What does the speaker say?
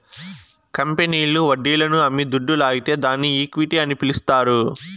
కంపెనీల్లు వడ్డీలను అమ్మి దుడ్డు లాగితే దాన్ని ఈక్విటీ అని పిలస్తారు